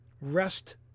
Rest